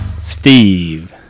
Steve